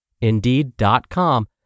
Indeed.com